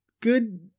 good